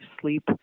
sleep